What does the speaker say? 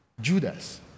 Judas